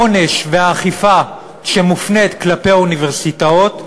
העונש והאכיפה שמופנים כלפי האוניברסיטאות,